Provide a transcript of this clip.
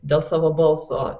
dėl savo balso